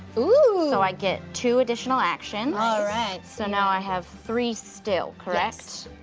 ooh. so i get two additional actions. alright. so now i have three still, correct?